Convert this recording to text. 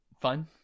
fun